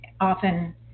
often